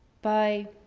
by